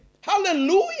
Hallelujah